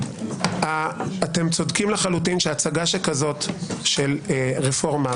אתם צודקים לחלוטין שהצגה כזאת של רפורמה,